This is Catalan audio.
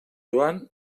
joan